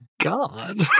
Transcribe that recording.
God